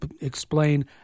explain